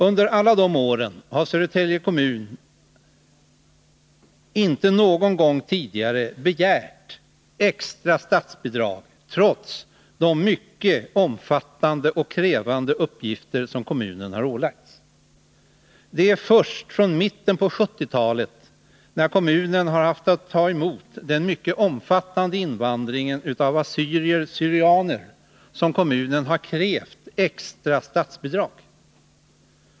Under alla dessa år har Södertälje kommun inte någon gång begärt extra statsbidrag trots de mycket omfattande och krävande uppgifter som ålagts kommunen. Det är först från mitten av 1970-talet, när kommunen haft att ta emot den mycket omfattande invandringen av assyrier/syrianer, som kommunen har krävt extra statsbidrag.